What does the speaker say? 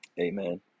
Amen